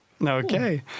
Okay